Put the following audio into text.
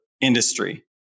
industry